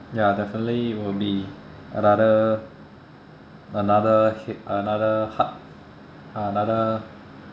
ya definitely will be another head~ another h~ another